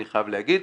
אני חייב להגיד,